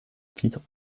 titres